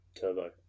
Turbo